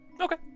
Okay